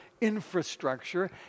infrastructure